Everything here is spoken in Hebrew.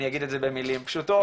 אני אגיד את זה במילים פשוטות,